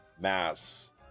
mass